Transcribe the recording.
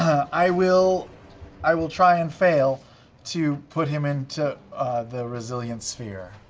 i will i will try and fail to put him into the resilient sphere.